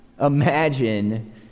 Imagine